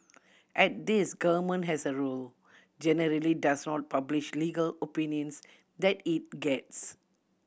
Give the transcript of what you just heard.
and this government as a rule generally does not publish legal opinions that it gets